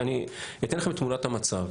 אני אתן לכם את תמונת המצב.